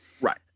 Right